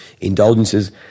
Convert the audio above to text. indulgences